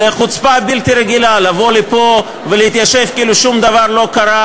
זה חוצפה בלתי רגילה לבוא לפה ולהתיישב כאילו שום דבר לא קרה,